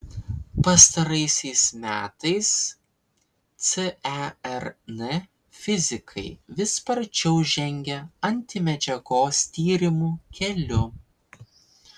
pastaraisiais metais cern fizikai vis sparčiau žengia antimedžiagos tyrimų keliu